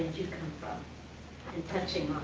come from? and touching